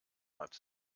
hat